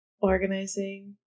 organizing